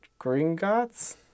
Gringotts